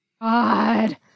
God